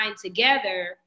together